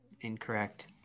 Incorrect